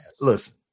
Listen